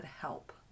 help